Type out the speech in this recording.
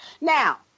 Now